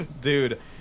Dude